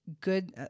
good